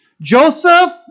Joseph